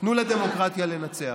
תנו לדמוקרטיה לנצח.